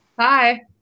hi